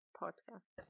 podcast